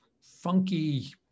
funky